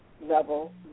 level